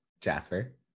Jasper